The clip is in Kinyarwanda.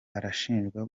barashinjwa